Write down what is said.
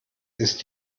ist